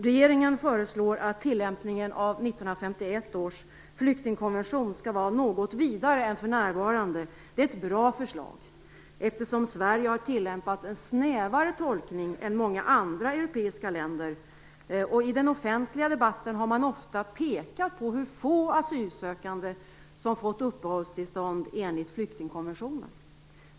Regeringen föreslår att tillämpningen av 1951 års flyktingkonvention skall vara något vidare än för närvarande. Det är ett bra förslag, eftersom Sverige har tillämpat en snävare tolkning än många andra europeiska länder. I den offentliga debatten har man ofta pekat på hur få asylsökande som fått uppehållstillstånd enligt flyktingkonventionen.